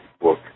book